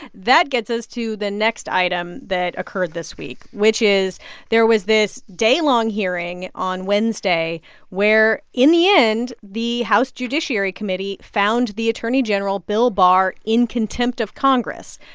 that gets us to the next item that occurred this week, which is there was this daylong hearing on wednesday where, in the end, the house judiciary committee found the attorney general bill barr in contempt of congress.